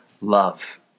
love